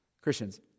Christians